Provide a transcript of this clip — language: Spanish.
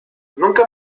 nunca